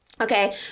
okay